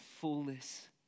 fullness